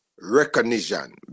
recognition